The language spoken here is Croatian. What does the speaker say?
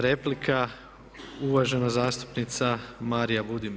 Replika uvažena zastupnica Marija Budimir.